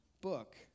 book